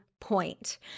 point